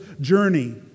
journey